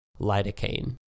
Lidocaine